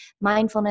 mindfulness